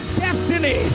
destiny